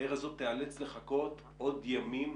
העיר הזאת תיאלץ לחכות עוד ימים,